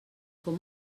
com